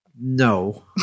No